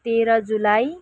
तेह्र जुलाई